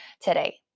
today